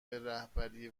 رهبری